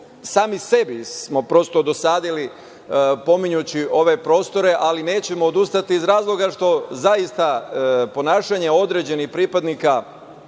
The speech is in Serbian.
sami sebi smo prosto dosadili pominjući ove prostore, ali nećemo odustati iz razloga što zaista ponašanje određenih pripadnika